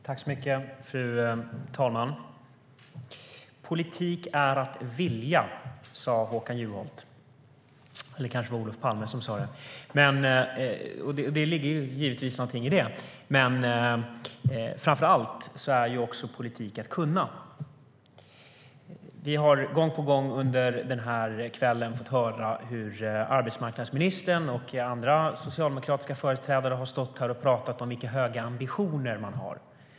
Fru talman! Politik är att vilja, sa Håkan Juholt - eller det kanske var Olof Palme som sa det. Det ligger givetvis någonting i det. Men framför allt är politik också att kunna. Vi har gång på gång under denna kväll fått höra hur arbetsmarknadsministern och andra socialdemokratiska företrädare har stått här och talat om vilka höga ambitioner man har.